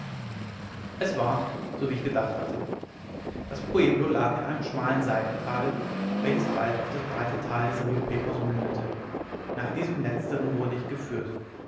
es war so wie ich gedacht hatte das pueblo lag in einem schmalen seitentale welches bald auf das breite tal des rio pecos mündete nach diesem letzteren wurde ich geführt